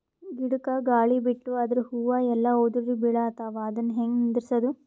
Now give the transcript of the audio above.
ಗಿಡಕ, ಗಾಳಿ ಬಿಟ್ಟು ಅದರ ಹೂವ ಎಲ್ಲಾ ಉದುರಿಬೀಳತಾವ, ಅದನ್ ಹೆಂಗ ನಿಂದರಸದು?